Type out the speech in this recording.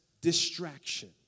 distraction